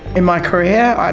in my career?